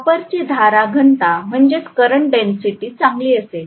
कॉपरची धारा घनता चांगली असेल